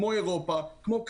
כמו באירופה וכמו בקנדה,